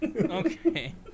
Okay